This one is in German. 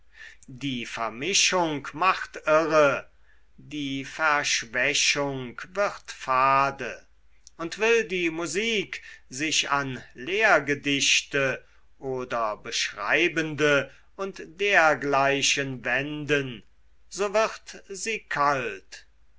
die vermischung macht irre die verschwächung wird fade und will die musik sich an lehrgedichte oder beschreibende und dergleichen wenden so wird sie kalt